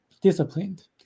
disciplined